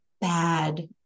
bad